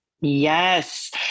Yes